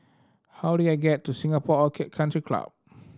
how do I get to Singapore Orchid Country Club